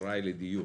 באשראי לדיור.